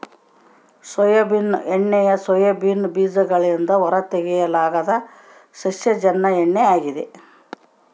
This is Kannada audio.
ಸೋಯಾಬೀನ್ ಎಣ್ಣೆಯು ಸೋಯಾಬೀನ್ ಬೀಜಗಳಿಂದ ಹೊರತೆಗೆಯಲಾದ ಸಸ್ಯಜನ್ಯ ಎಣ್ಣೆ ಆಗಿದೆ